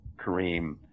Kareem